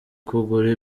kugura